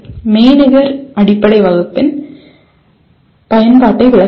மெய்நிகர் அடிப்படை வகுப்பின் பயன்பாட்டை விளக்குங்கள்